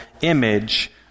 image